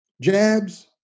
jabs